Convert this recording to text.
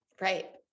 right